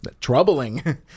Troubling